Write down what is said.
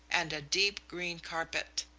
and a deep green carpet.